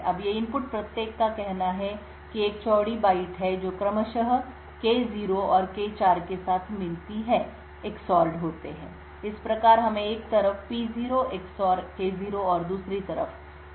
अब ये इनपुट प्रत्येक का कहना है कि एक चौड़ी बाइट है जो क्रमशः K 0 और K 4 के साथ मिलती है इस प्रकार हमें एक तरफ P0 XOR K0 और दूसरी तरफ P4 XOR K4 मिलता है